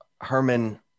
Herman